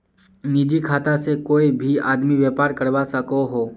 निजी खाता से कोए भी आदमी व्यापार करवा सकोहो